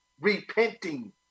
repenting